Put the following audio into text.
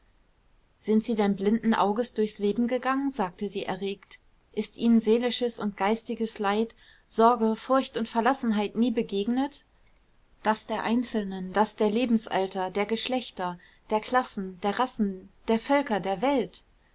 sind sie denn blinden auges durchs leben gegangen sagte sie erregt ist ihnen seelisches und geistiges leid sorge furcht und verlassenheit nie begegnet das der einzelnen das der lebensalter der geschlechter der klassen der rassen der völker der welt